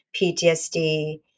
PTSD